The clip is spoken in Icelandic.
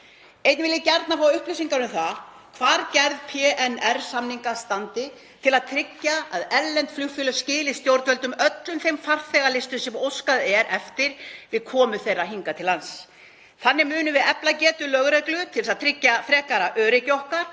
Einnig vil ég gjarnan fá upplýsingar um það hvar gerð PNR-samninga standi, til að tryggja að erlend flugfélög skili stjórnvöldum öllum þeim farþegalistum sem óskað er eftir við komu þeirra hingað til lands. Þannig munum við efla getu lögreglu til að tryggja frekara öryggi okkar